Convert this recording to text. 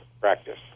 practice